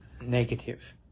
negative